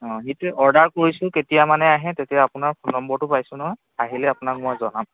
অঁ সেইটো অৰ্ডাৰ কৰিছোঁ কেতিয়ামানে আহে তেতিয়া আপোনাৰ ফোন নম্বৰটো পাইছোঁ নহয় আহিলে আপোনাক মই জনাম